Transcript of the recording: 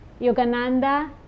Yogananda